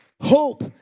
Hope